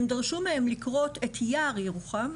הם דרשו מהם לכרות את יער ירוחם,